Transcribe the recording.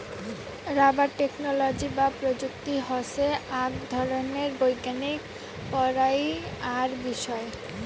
rubber technology বা প্রযুক্তি হসে আক ধরণের বৈজ্ঞানিক পড়াইয়ার বিষয়